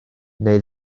neu